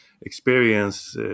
experience